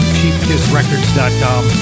CheapKissRecords.com